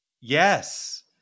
Yes